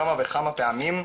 כמה וכמה פעמים,